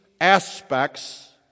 aspects